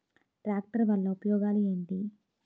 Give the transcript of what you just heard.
Tractor వల్ల ఉపయోగాలు ఏంటీ?